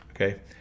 okay